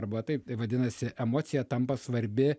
arba taip tai vadinasi emocija tampa svarbi